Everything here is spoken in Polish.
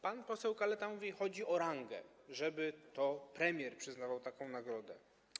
Pan poseł Kaleta mówi, że chodzi o rangę, żeby to premier przyznawał taką nagrodę.